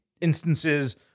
instances